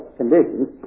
conditions